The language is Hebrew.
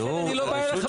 לכן אני לא בא אליך בטענות.